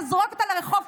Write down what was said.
אתה זורק אותה לרחוב.